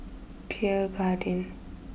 Pierre Cardin